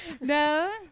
no